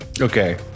Okay